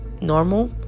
normal